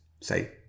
say